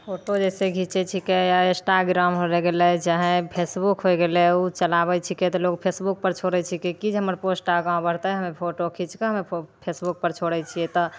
photo इसे घिचै छिकै आइ इन्स्टाग्राम होइ गेलै चाहे फेसबुक होइ गेलै ओ चलाबै छिकै तऽ लोक फेसबुकपर छोड़ै छिकै कि जे हमर पोस्ट आगाँ बढ़तै हँ ने हमर फोटो खिचिके फेसबुकपर छोड़ै छिए तऽ